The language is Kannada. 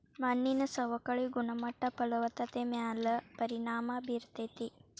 ಮಣ್ಣಿನ ಸವಕಳಿ ಗುಣಮಟ್ಟ ಫಲವತ್ತತೆ ಮ್ಯಾಲ ಪರಿಣಾಮಾ ಬೇರತತಿ